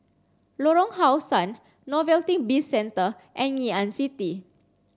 Lorong How Sun Novelty Bizcentre and Ngee Ann City